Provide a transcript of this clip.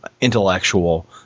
intellectual